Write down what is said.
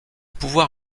pouvoir